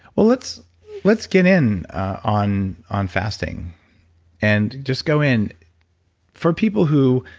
well, let's let's get in on on fasting and just go in for people who.